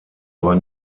aber